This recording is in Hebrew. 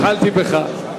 התחלתי בך.